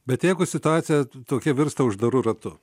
bet jeigu situacija tokia virsta uždaru ratu